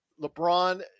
LeBron